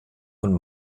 und